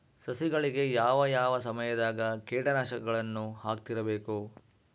ಸಸಿಗಳಿಗೆ ಯಾವ ಯಾವ ಸಮಯದಾಗ ಕೇಟನಾಶಕಗಳನ್ನು ಹಾಕ್ತಿರಬೇಕು?